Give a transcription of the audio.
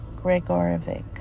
Gregorovic